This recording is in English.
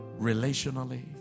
relationally